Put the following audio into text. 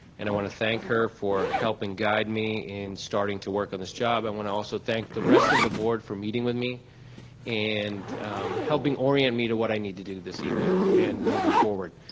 and i wanna thank her for helping guide me in starting to work on this job. i and wanna also thank the rest of the board for meeting with me and helping orient me to what i need to do this evening and moving forward.